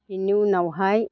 बिनि उनावहाय